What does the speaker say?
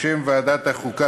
בשם ועדת החוקה,